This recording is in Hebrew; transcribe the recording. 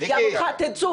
תצאו.